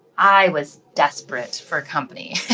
i was desperate for company.